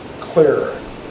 clearer